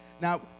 Now